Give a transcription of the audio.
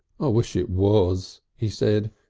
wish it was! he said,